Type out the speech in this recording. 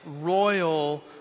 royal